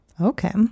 Okay